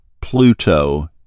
Pluto